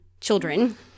children